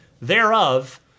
thereof